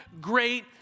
great